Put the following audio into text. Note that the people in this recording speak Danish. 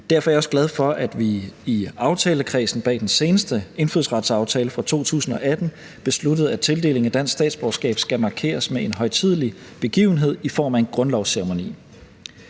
Derfor er jeg også glad for, at vi i aftalekredsen bag den seneste indfødsretsaftale fra 2018 besluttede, at tildeling af dansk statsborgerskab skal markeres med en højtidelig begivenhed i form af en grundlovsceremoni.